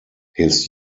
his